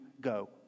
go